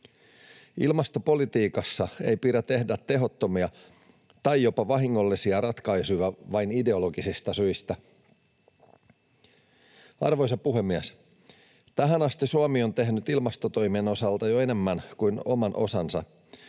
Ilmastopolitiikassa ei pidä tehdä tehottomia tai jopa vahingollisia ratkaisuja vain ideologisista syistä. Arvoisa puhemies! Tähän asti Suomi on tehnyt ilmastotoimien osalta jo enemmän kuin oman osansa.